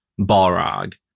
balrog